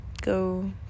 go